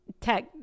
tech